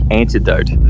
antidote